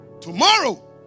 tomorrow